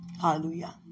Hallelujah